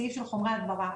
הסעיף של חומרי הדברה.